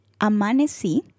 Amanecí